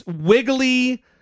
wiggly